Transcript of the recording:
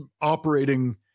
operating